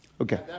Okay